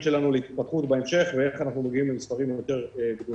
שלנו להתרחבות בהמשך ואיך אנחנו מגיעים למספר יותר גדולים.